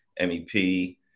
MEP